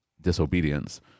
disobedience